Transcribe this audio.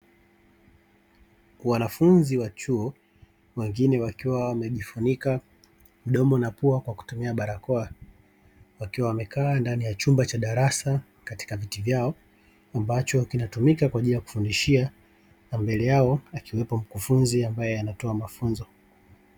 Wanafunzi wa chuo wengine wakiwa wamejifunika mdomo na pua kwa kutumia barakoa wakiwa wamekaa ndani ya chumba cha darasa katika viti vyao, ambacho kinatumika kwa ajili ya kufundishia na mbele yao akiwepo mkufunzi ambaye anatoa mafunzo.